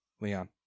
Leon